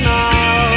now